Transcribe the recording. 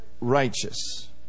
righteous